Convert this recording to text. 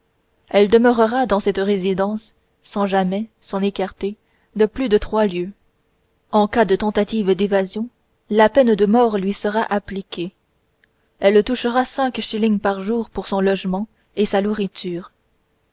elle demeurera dans cette résidence sans jamais s'en écarter de plus de trois lieues en cas de tentative d'évasion la peine de mort lui sera appliquée elle touchera cinq shillings par jour pour son logement et sa nourriture